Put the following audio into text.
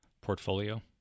portfolio